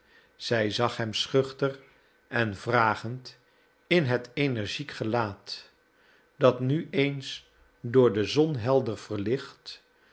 zij zag hem schuchter vragend in het energiek gelaat dat nu eens door de zon helder verlicht